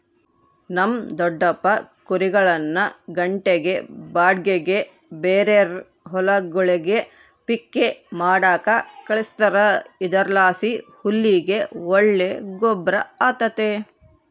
ನಮ್ ದೊಡಪ್ಪ ಕುರಿಗುಳ್ನ ಗಂಟೆ ಬಾಡಿಗ್ಗೆ ಬೇರೇರ್ ಹೊಲಗುಳ್ಗೆ ಪಿಕ್ಕೆ ಮಾಡಾಕ ಕಳಿಸ್ತಾರ ಇದರ್ಲಾಸಿ ಹುಲ್ಲಿಗೆ ಒಳ್ಳೆ ಗೊಬ್ರ ಆತತೆ